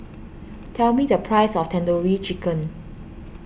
tell me the price of Tandoori Chicken